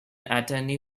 attorney